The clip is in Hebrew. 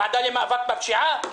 ועדה למאבק בפשיעה.